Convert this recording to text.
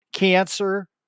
cancer